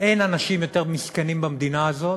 אין אנשים יותר מסכנים במדינה הזאת,